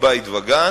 מבית-וגן